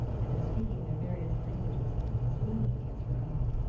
and of speaking their various languages as fluently as her own.